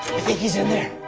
think he's in there.